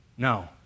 No